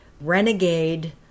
renegade